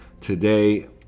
today